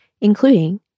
including